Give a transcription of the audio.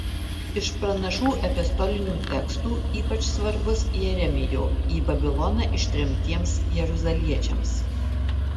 iš pranašų epistolinių tekstų ypač svarbus jeremijo į babiloną ištremtiems jeruzaliečiams